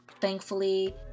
Thankfully